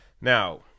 Now